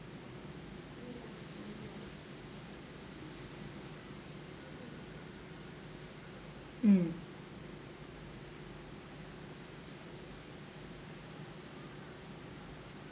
mm